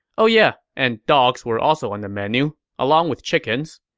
oh yeah, and dogs were also on the menu, along with chickens.